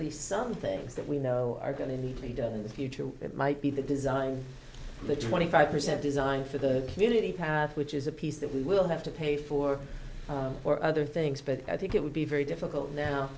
least some things that we know are going to need to be done in the future that might be the design the twenty five percent design for the community power which is a piece that we will have to pay for for other things but i think it would be very difficult now